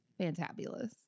fantabulous